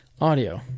Audio